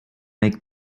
make